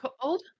cold